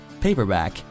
paperback